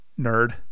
nerd